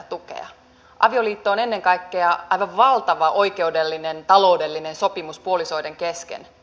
avioliitto on ennen kaikkea aivan valtava oikeudellinen taloudellinen sopimus puolisoiden kesken